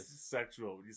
sexual